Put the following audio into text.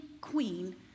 queen